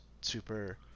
super